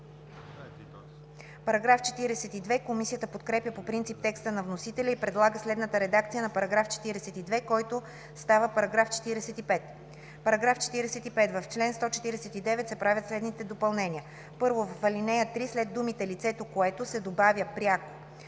става § 44. Комисията подкрепя по принцип текста на вносителя и предлага следната редакция на § 42, който става § 45. „§ 45. В чл. 149 се правят следните допълнения: 1. В ал. 3 след думите „лицето, което“ се добавя „пряко“.